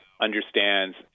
understands